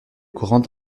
grand